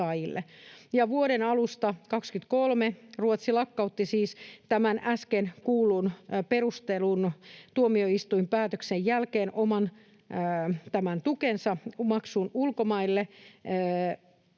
Vuoden 23 alusta Ruotsi lakkautti siis tämän äsken kuullun perustelun, tuomioistuinpäätöksen, jälkeen tämän oman tukensa maksun ulkomaille